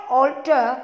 alter